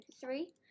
three